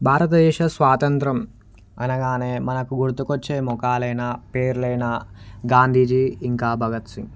భారతదేశ స్వాతంత్రం అనగానే మనకు గుర్తుకొచ్చే మొఖాలైన పేరులైనా గాంధీజీ ఇంకా భగత్ సింగ్